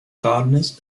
gardeners